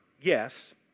yes